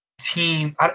Team